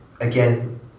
again